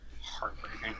heartbreaking